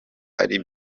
ari